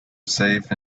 safe